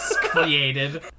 created